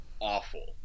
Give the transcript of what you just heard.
awful